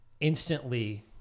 instantly